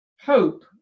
Hope